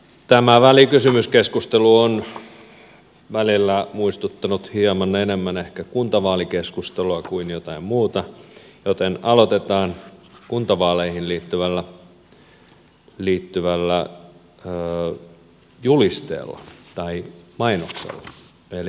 tämä välikysymyskeskustelu on välillä muistuttanut hieman enemmän ehkä kuntavaalikeskustelua kuin jotain muuta joten aloitetaan kuntavaaleihin liittyvällä julisteella mainoksella